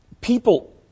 people